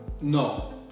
No